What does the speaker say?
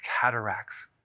cataracts